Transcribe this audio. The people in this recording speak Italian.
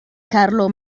carlo